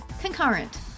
Concurrent